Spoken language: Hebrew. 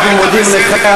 אנחנו מודים לך,